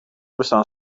bestaan